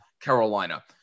Carolina